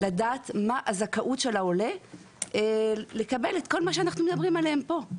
לדעת מה הזכאות של העולה לקבל את כל מה שאנחנו מדברים עליו פה.